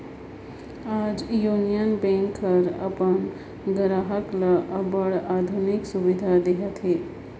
आज यूनियन बेंक हर अपन गराहक ल अब्बड़ आधुनिक सुबिधा देहत अहे